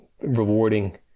rewarding